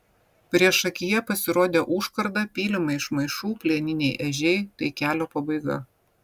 priešakyje pasirodė užkarda pylimai iš maišų plieniniai ežiai tai kelio pabaiga